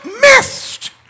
missed